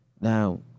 Now